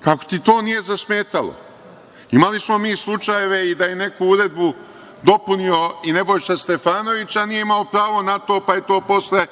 Kako ti to nije zasmetalo? Imali smo i slučajeve da je neko uredbu dopunio, i Nebojša Stefanović, a nije imao pravo na to, pa je to posle,